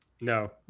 No